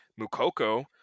Mukoko